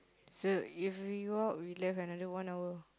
so if we go out we left another one hour